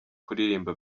kuririmba